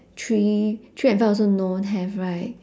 three three and four also don't have right